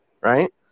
Right